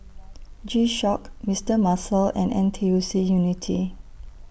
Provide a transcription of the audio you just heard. G Shock Mister Muscle and N T U C Unity